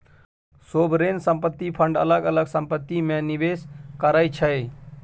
sovereign संपत्ति fund अलग अलग संपत्ति मे निबेस करै छै